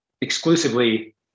exclusively